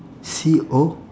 C O